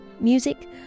music